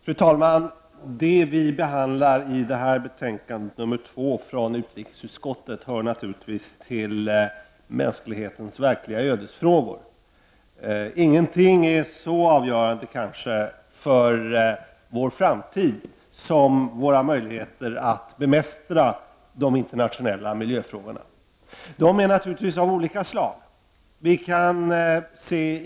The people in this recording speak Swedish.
Fru talman! I detta utrikesutskottets betänkande 2 behandlas frågor som naturligtvis hör till mänsklighetens verkliga ödesfrågor. Ingenting annat är nog så avgörande för vår framtid som våra möjligheter att bemästra de internationella miljöproblemen. De är naturligtvis av olika slag.